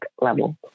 level